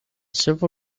silver